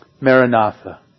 Maranatha